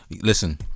listen